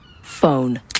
Phone